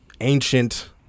ancient